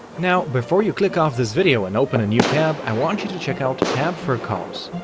now, before you click off this video and open a new tab, i want you to check out tab for a cause.